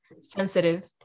sensitive